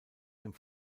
dem